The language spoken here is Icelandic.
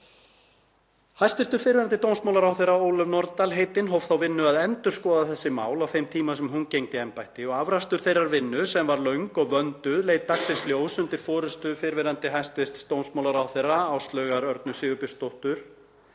Hæstv. fyrrverandi dómsmálaráðherra, Ólöf Nordal heitin, hóf þá vinnu að endurskoða þessi mál á þeim tíma sem hún gegndi embætti og afrakstur þeirrar vinnu sem var löng og vönduð leit dagsins ljós undir forystu fyrrverandi hæstv. dómsmálaráðherra, Áslaugar Örnu Sigurbjörnsdóttur,